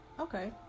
okay